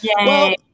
Yay